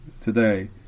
today